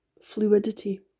fluidity